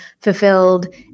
fulfilled